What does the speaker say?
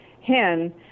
hen